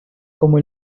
como